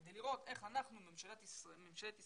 כדי לראות איך אנחנו, ממשלת ישראל,